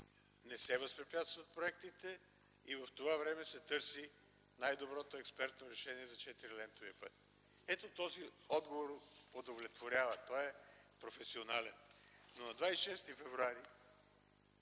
не се възпрепятстват проектите и в това време се търси най-доброто експертно решение за 4-лентовия път. Ето този отговор удовлетворява, той е професионален. Но на 26 февруари